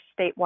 statewide